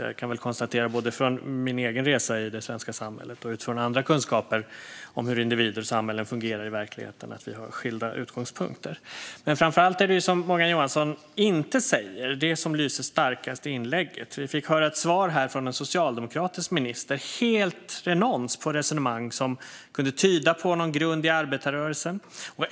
Jag kan konstatera både från min egen resa i det svenska samhället och utifrån andra kunskaper om hur individer och samhällen fungerar i verkligheten att vi har skilda utgångspunkter. Framför allt är det sådant som Morgan Johansson inte säger som lyser starkast i inlägget. Vi fick från en socialdemokratisk minister höra ett svar helt renons på resonemang som kunde tyda på en grund i arbetarrörelsen.